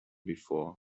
before